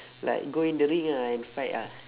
like go in the ring ah and fight ah